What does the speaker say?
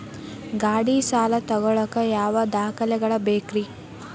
ಗಾಡಿ ಸಾಲ ತಗೋಳಾಕ ಯಾವ ದಾಖಲೆಗಳ ಬೇಕ್ರಿ?